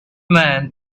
man